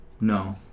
no